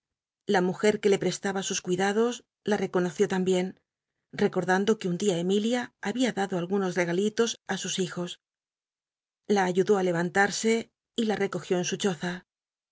la mujer que k prestaba sus cuidados la reconoció lambien recordando que un dia emilia habia dado algunos regalitos í sus hijos i a ayudó í lev mt use y la recogió en su choza